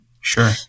sure